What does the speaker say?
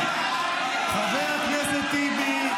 חבר הכנסת טיבי,